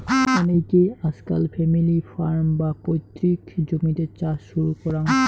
অনেইকে আজকাল family farm, বা পৈতৃক জমিতে চাষ শুরু করাং